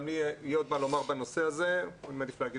גם לי יהיה עוד מה לומר בנושא הזה ואני מעדיף לומר